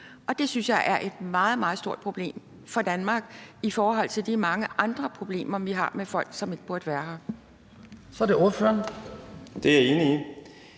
og det synes jeg er et meget, meget stort problem for Danmark i forhold til de mange andre problemer, vi har med folk, som ikke burde være her. Kl. 09:19 Den fg.